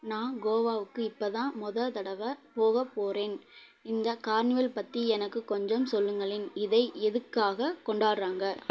நான் கோவாவுக்கு இப்போ தான் முத தடவை போகப்போகிறேன் இந்த கார்னிவல் பற்றி எனக்கு கொஞ்சம் சொல்லுங்களேன் இதை எதுக்காக கொண்டாடுறாங்க